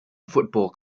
football